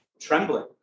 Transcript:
trembling